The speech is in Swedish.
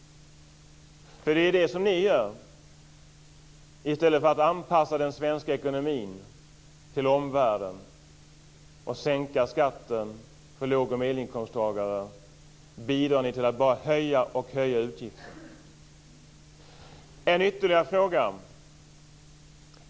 Det är vad ni gör. I stället för att anpassa den svenska ekonomin till omvärlden och sänka skatten för låg och medelinkomsttagare bidrar ni till att höja och åter höja utgifter. En ytterligare fråga.